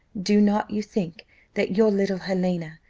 do not you think that your little helena,